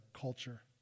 culture